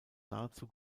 nahezu